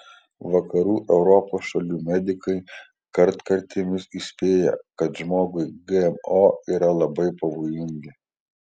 vakarų europos šalių medikai kartkartėmis įspėja kad žmogui gmo yra labai pavojingi